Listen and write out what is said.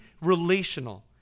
relational